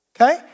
okay